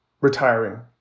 retiring